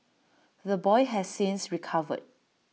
the boy has since recovered